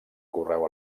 correu